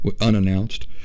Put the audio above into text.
unannounced